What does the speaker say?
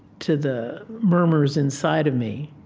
to the murmurs inside of me.